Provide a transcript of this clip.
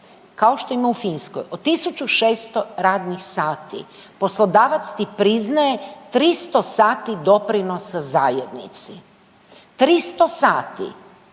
kao što ima u Finskoj od 1600 radnih sati, poslodavac ti priznaje 300 sati doprinosa zajednici. 300 sati.